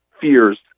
fears